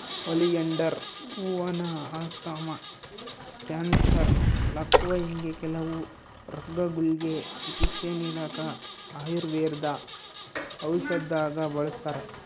oleander ಹೂವಾನ asthma, cancer, ಲಕ್ವಾ ಹಿಂಗೆ ಕೆಲವು ರೋಗಗುಳ್ಗೆ ಚಿಕಿತ್ಸೆ ನೀಡಾಕ ಆಯುರ್ವೇದ ಔಷದ್ದಾಗ ಬಳುಸ್ತಾರ